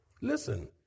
Listen